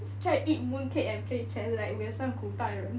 try to eat mooncake and play chess like we are some 古代人